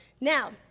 Now